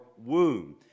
womb